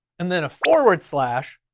and then a forward slash,